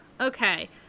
Okay